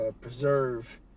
preserve